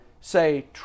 say